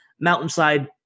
mountainside